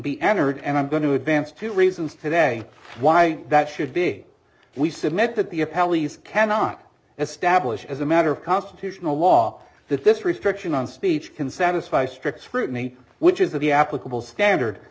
be entered and i'm going to advance two reasons today why that should be we submit that the a pallies cannot establish as a matter of constitutional law that this restriction on speech can satisfy strict scrutiny which is of the applicable standard